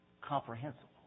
Comprehensible